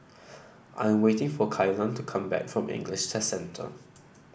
I'm waiting for Kaylan to come back from English Test Centre